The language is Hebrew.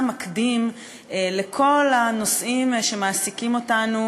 מקדים לכל הנושאים שמעסיקים אותנו,